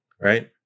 Right